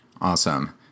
Awesome